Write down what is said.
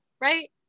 right